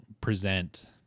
present